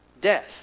Death